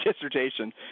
dissertation